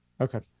Okay